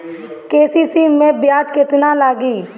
KCC मै ब्याज केतनि लागेला?